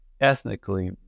ethnically